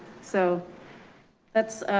so that's